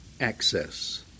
access